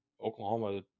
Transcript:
Oklahoma